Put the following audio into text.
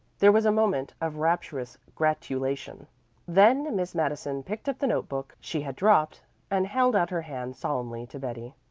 there was a moment of rapturous congratulation then miss madison picked up the note-book she had dropped and held out her hand solemnly to betty.